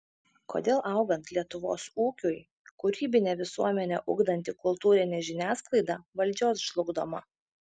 kodėl augant lietuvos ūkiui kūrybinę visuomenę ugdanti kultūrinė žiniasklaida valdžios žlugdoma